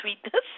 sweetness